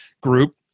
group